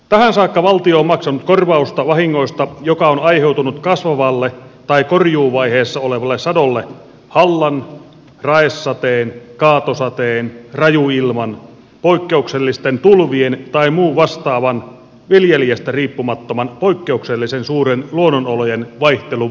tähän saakka valtio on maksanut korvausta vahingosta joka on aiheutunut kasvavalle tai korjuuvaiheessa olevalle sadolle hallan raesateen kaatosateen rajuilman poikkeuksellisten tulvien tai muun vastaavan viljelijästä riippumattoman poikkeuksellisen suuren luonnonolojen vaihtelun vuoksi